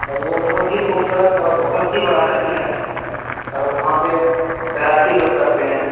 اور وہ بہت ہی خوبصورت اور بہت ہی بڑا ندی ہے اور وہاں پہ تیراکی لوگ کرتے ہیں